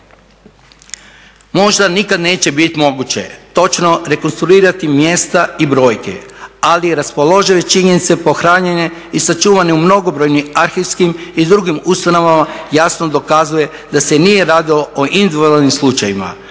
Možda nikad neće biti moguće točno rekonstruirati mjesta i brojke ali raspoložive činjenice pohranjene i sačuvane u mnogobrojnim arhivskim i drugim ustanovama jasno dokazuju da se nije radilo o individualnim slučajevima